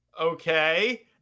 Okay